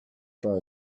far